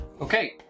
Okay